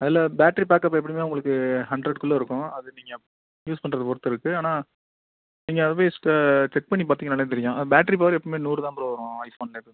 அதில் battery backup எப்படினா உங்களுக்கு ஹண்ட்ரட் குள்ளே இருக்கும் அது நீங்கள் யூஸ் பண்ணுறத பொறுத்து இருக்குது ஆனால் நீங்கள் அதை போய் செக் பண்ணி பார்த்தீங்கனாலே தெரியும் அது பேட்ரி பவரு எப்பேயும் நூறு தான் ப்ரோ வரும் ஐ ஃபோனில்